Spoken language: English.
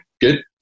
good